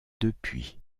depuis